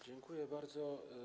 Dziękuję bardzo.